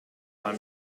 time